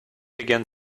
began